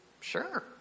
Sure